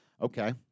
okay